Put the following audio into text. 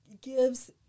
gives